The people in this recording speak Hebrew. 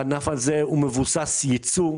הענף הזה הוא מבוסס ייצוא,